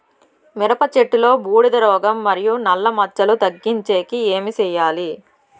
మిరప చెట్టులో బూడిద రోగం మరియు నల్ల మచ్చలు తగ్గించేకి ఏమి చేయాలి?